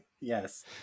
yes